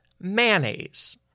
mayonnaise